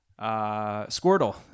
Squirtle